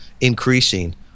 increasing